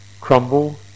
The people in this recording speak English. crumble